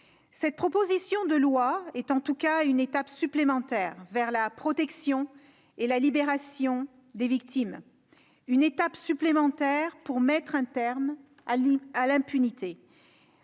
Cette proposition de loi est en tout cas une étape supplémentaire vers la protection et la libération des victimes, une étape supplémentaire pour mettre un terme à l'impunité.